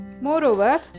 moreover